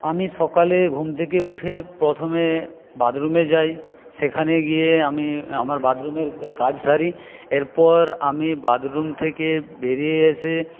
আমি সকালে ঘুম থেকে উঠে প্রথমে বাথরুমে যাই সেখানে গিয়ে আমি আমার বাথরুমের কাজ সারি এরপর আমি বাথরুম থেকে বেরিয়ে এসে